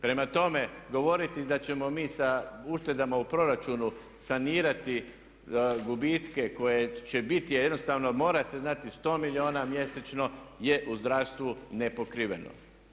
Prema tome, govoriti da ćemo mi sa uštedama u proračunu sanirati gubitke koji će biti jer jednostavno mora se znati 100 milijuna mjesečno je u zdravstvu nepokriveno.